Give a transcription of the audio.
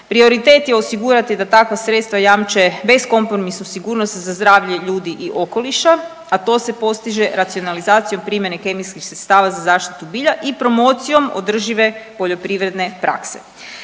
Prioritet je osigurati da takva sredstva jamče beskompromisnu sigurnost za zdravlje ljudi i okoliša, a to se postiže racionalizacijom primjene kemijskih sredstava za zaštitu bilja i promocijom održive poljoprivredne prakse.